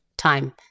time